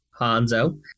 Hanzo